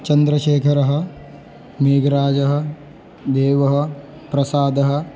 चन्द्रशेखरः मेघराजः देवः प्रसादः